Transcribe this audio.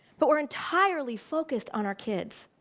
but we're entirely focused on our kids.